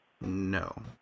no